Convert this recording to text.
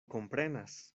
komprenas